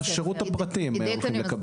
בשירות הפרטי הם הולכים לקבל את זה.